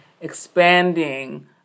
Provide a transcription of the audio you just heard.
expanding